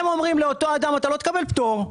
הם אומרים לאותו אדם: "אתה לא תקבל פטור".